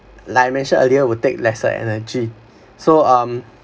like I mentioned earlier would take lesser energy so um